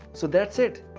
so that's it.